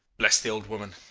bless the old woman!